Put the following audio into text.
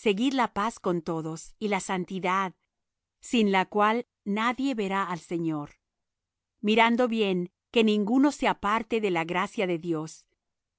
seguid la paz con todos y la santidad sin la cual nadie verá al señor mirando bien que ninguno se aparte de la gracia de dios